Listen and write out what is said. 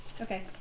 Okay